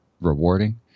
rewarding